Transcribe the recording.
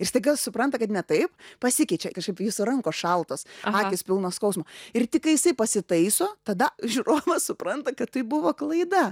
ir staiga supranta kad ne taip pasikeičia kažkaip jūsų rankos šaltos akys pilnos skausmo ir tik kai jisai pasitaiso tada žiūrovas supranta kad tai buvo klaida